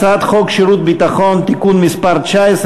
הצעת חוק שירות ביטחון (תיקון מס' 19